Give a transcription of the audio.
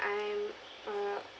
I'm uh